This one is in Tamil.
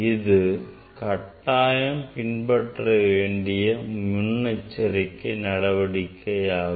இது நாம் கட்டாயம் பின்பற்ற வேண்டிய முன்னெச்சரிக்கை நடவடிக்கையாகும்